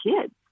kids